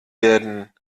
werden